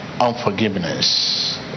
unforgiveness